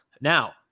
Now